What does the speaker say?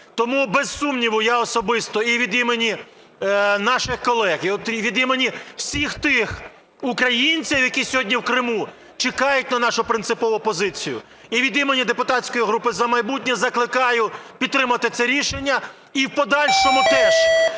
Тому, без сумніву, я особисто і від імені наших колег, і від імені всіх тих українців, які сьогодні в Криму чекають на нашу принципову позицію, і від імені депутатської групи "За майбутнє" закликаю підтримати це рішення, і в подальшому теж